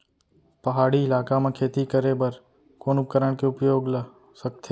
पहाड़ी इलाका म खेती करें बर कोन उपकरण के उपयोग ल सकथे?